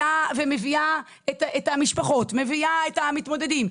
משפחות ומתמודדים.